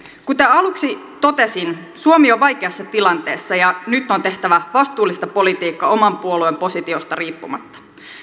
kuten aluksi totesin suomi on vaikeassa tilanteessa ja nyt on tehtävä vastuullista politiikkaa oman puolueen positiosta riippumatta